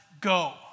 go